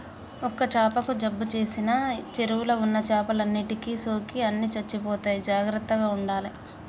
ఒక్క చాపకు జబ్బు చేసిన చెరువుల ఉన్న చేపలన్నిటికి సోకి అన్ని చచ్చిపోతాయి జాగ్రత్తగ ఉండాలే